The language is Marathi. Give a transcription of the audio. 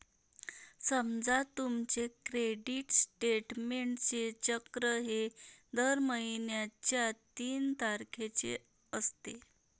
समजा तुमचे क्रेडिट स्टेटमेंटचे चक्र हे दर महिन्याच्या तीन तारखेचे असते